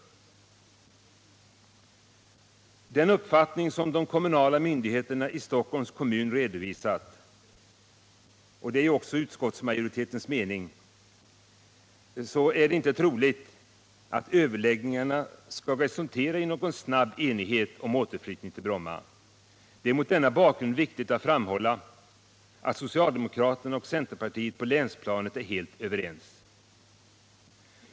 Om hänsyn tas till den uppfattning som de kommunala myndigheterna i Stockholms kommun redovisat — och det är ju utskottsmajoritetens mening — så är det inte troligt att överläggningarna skall kunna resultera i någon snabb enighet och återflyttning till Bromma. Det är mot denna bakgrund viktigt att framhålla att socialdemokraterna och centerpartiet på länsplanet är helt överens.